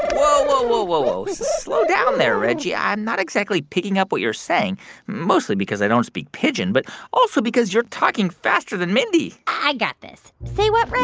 whoa, whoa, whoa, whoa. slow down there, reggie. i'm not exactly picking up what you're saying mostly because i don't speak pigeon but also because you're talking faster than mindy i got this. say what, reg?